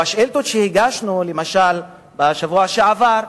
בשאילתות שהגשנו, למשל בשבוע שעבר,